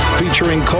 featuring